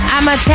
I'ma